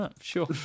Sure